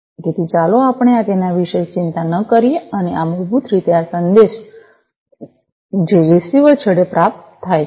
અને તેથી ચાલો આપણે તેના વિશે ચિંતા ન કરીએ અને આ મૂળભૂત રીતે આ સંદેશ છે જે રીસીવર છેડે પ્રાપ્ત થાય છે